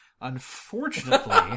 Unfortunately